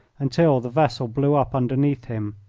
until the vessel blew up underneath him.